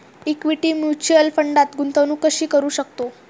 Equity mutual फंडात गुंतवणूक कशी करू शकतो?